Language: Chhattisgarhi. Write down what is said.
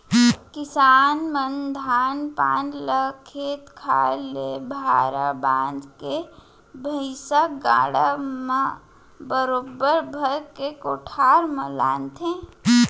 किसान मन धान पान ल खेत खार ले भारा बांध के भैंइसा गाड़ा म बरोबर भर के कोठार म लानथें